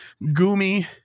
Gumi